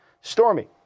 Stormy